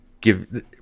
give